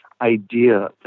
idea